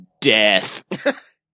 death